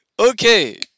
Okay